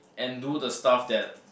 and do the stuff that